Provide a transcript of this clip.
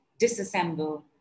disassemble